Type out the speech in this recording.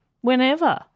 whenever